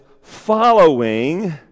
following